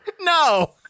No